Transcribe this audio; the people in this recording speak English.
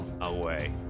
away